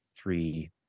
three